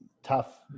tough